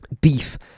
Beef